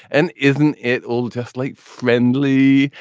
and isn't it all just light friendly?